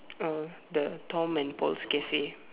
uh the Tom and Paul's Cafe